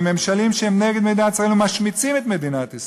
בממשלים שהם נגד מדינת ישראל ומשמיצים את מדינת ישראל,